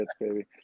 baby